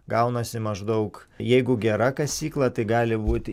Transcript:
gaunasi maždaug jeigu gera kasykla tai gali būti